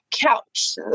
couch